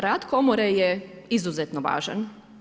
Rad komore je izuzetno važan.